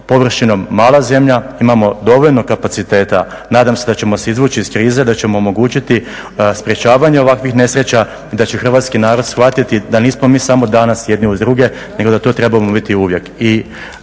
površinom mala zemlja, imamo dovoljno kapaciteta, nadam se da ćemo se izvući iz krize, da ćemo omogućiti sprječavanje ovakvih nesreća i da će hrvatski narod shvatiti da nismo mi samo danas jedni uz druge nego da to trebamo biti uvijek.